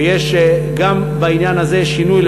ויש גם בעניין הזה שינוי,